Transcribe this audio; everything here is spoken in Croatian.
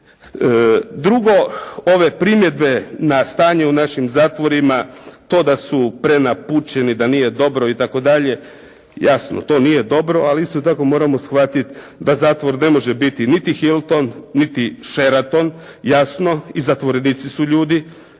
Drugo, ove primjedbe na stanje u našim zatvorima to da su prenapučeni i da nije dobro itd. jasno to nije dobro, ali isto tako moramo shvatiti da zatvor ne može biti niti Hillton niti Sheraton jasno i zatvorenici su ljudi